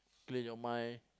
clear your mind